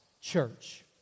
church